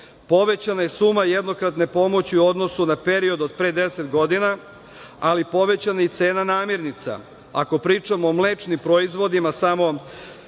Povećana je suma jednokratne pomoći u odnosu na period od pre 10 godina, ali povećana je i cena namirnica. Ako pričamo o mlečnim proizvodima samo,